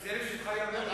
זה לשבחך ייאמר,